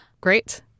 great